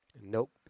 Nope